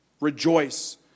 Rejoice